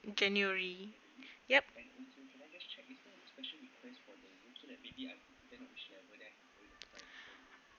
in january yap